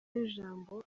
w’ijambo